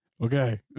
Okay